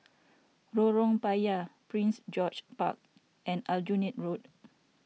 Lorong Payah Prince George's Park and Aljunied Road